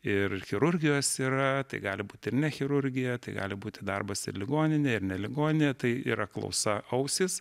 ir chirurgijos yra tai gali būti ir ne chirurgija tai gali būti darbas ir ligoninėje ir ne ligoninėje tai yra klausa ausys